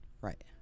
Right